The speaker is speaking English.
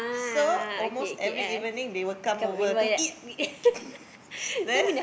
so almost every evening they will come over to eat then